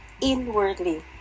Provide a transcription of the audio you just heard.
inwardly